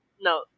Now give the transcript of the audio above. No